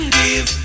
give